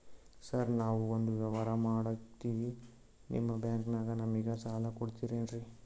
Sir ನಾವು ಒಂದು ವ್ಯವಹಾರ ಮಾಡಕ್ತಿವಿ ನಿಮ್ಮ ಬ್ಯಾಂಕನಾಗ ನಮಿಗೆ ಸಾಲ ಕೊಡ್ತಿರೇನ್ರಿ?